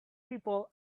people